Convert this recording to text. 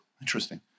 interesting